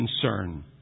concern